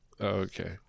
Okay